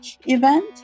event